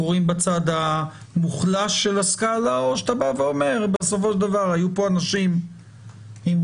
הם קורים בצד המוחלש של הסקאלה או שאתה בא ואומר שהיו פה אנשים עם,